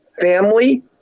family